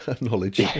knowledge